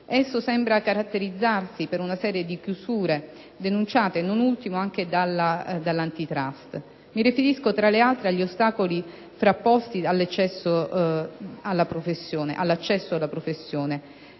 Esso sembra caratterizzarsi per una serie di chiusure, denunciate, non ultimo, anche dall'*Antitrust*; mi riferisco, tra le altre, agli ostacoli frapposti all'accesso alla professione.